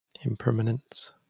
impermanence